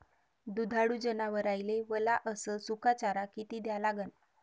दुधाळू जनावराइले वला अस सुका चारा किती द्या लागन?